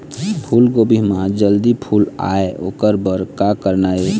फूलगोभी म जल्दी फूल आय ओकर बर का करना ये?